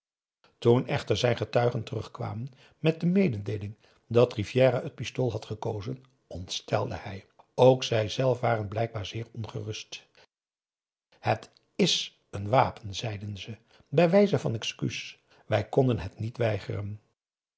toen echter zijn getuigen terugkwamen met de mededeeling dat rivière t pistool had gekozen ontstelde hij ook zij zelf waren blijkbaar zeer ongerust het is een wapen zeiden ze bij wijze van excuus wij konden het niet weigeren